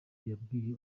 yabwiye